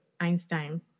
Einstein